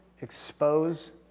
expose